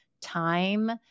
time